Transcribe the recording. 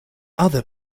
other